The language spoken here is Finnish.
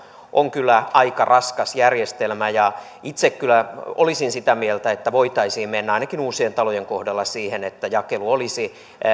on kyllä aika raskas järjestelmä ja itse olisin kyllä sitä mieltä että voitaisiin mennä ainakin uusien talojen kohdalla siihen että jakelu